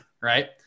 Right